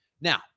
Now